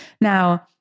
Now